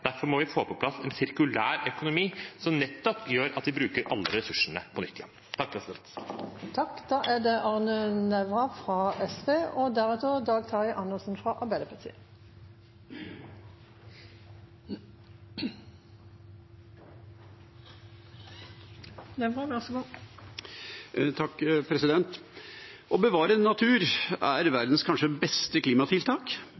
Derfor må vi få på plass en sirkulær økonomi som nettopp gjør at vi bruker alle ressursene på nytt. Å bevare natur er